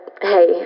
hey